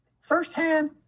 Firsthand